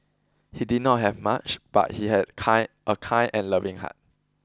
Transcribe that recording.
he did not have much but he had kind a kind and loving heart